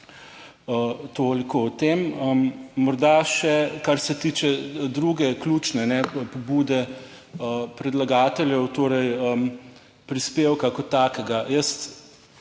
Toliko o tem. Morda še, kar se tiče druge ključne pobude predlagateljev, torej prispevka kot takega,